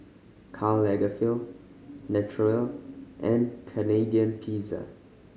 Karl Lagerfeld Naturel and Canadian Pizza